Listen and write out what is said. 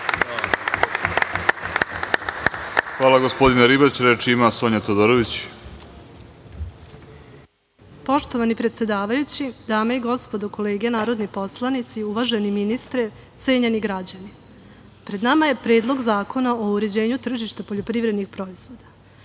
Hvala gospodine Ribać. Reč ima Sonja Todorović. **Sonja Todorović** Poštovani predsedavajući, dame i gospodo kolege poslanici, uvaženi ministre, cenjeni građani, pred nama je predlog zakona o uređenju tržišta poljoprivrednih proizvoda. Rekla